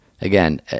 Again